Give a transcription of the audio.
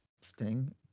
Sting